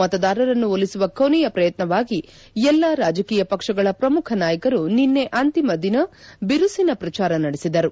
ಮತದಾರರನ್ನು ಒಲಿಸುವ ಕೊನೆಯ ಪ್ರಯತ್ನವಾಗಿ ಎಲ್ಲಾ ರಾಜಕೀಯ ಪಕ್ಷಗಳ ಪ್ರಮುಖ ನಾಯಕರು ನಿನ್ನೆ ಅಂತಿಮ ದಿನ ಬಿರುಸಿನ ಪ್ರಚಾರ ನಡೆಸಿದರು